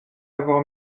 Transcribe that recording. l’avoir